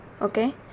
okay